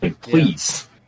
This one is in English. please